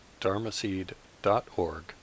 dharmaseed.org